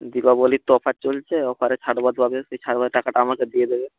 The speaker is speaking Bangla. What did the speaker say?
দীপাবলির তো অফার চলছে অফারে ছাড় বাদ পাবে সেই ছাড় বাদের টাকাটা আমাকে দিয়ে দেবে